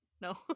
no